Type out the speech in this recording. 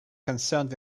concerned